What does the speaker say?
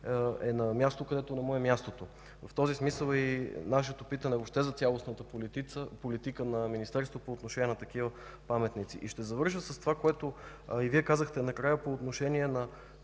е на място, където не му е мястото. В този смисъл е и нашето питане въобще за цялостната политика на Министерството по отношение на такива паметници. Ще завърша с това, което и Вие казахте накрая по отношение на